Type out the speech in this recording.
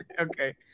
Okay